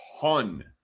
ton